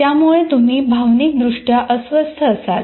त्यामुळे तुम्ही भावनिकदृष्ट्या अस्वस्थ असाल